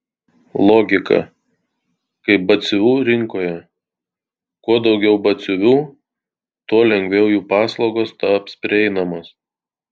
logika kaip batsiuvių rinkoje kuo daugiau batsiuvių tuo lengviau jų paslaugos taps prieinamos